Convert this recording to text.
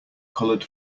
colored